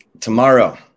tomorrow